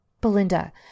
Belinda